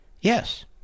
Yes